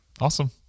awesome